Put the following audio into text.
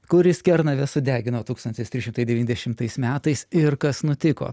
kuris kernavę sudegino tūkstantis trys šimtai devyniasdešimtais metais ir kas nutiko